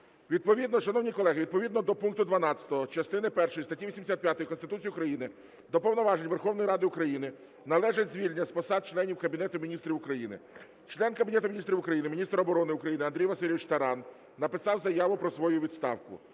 відповідно до пункту 12 частини першої статті 85 Конституції України до повноважень Верховної Ради України належить звільнення з посад членів Кабінету Міністрів України. Член Кабінету Міністрів України, міністр оборони України Андрій Васильович Таран написав заяву про свою відставку.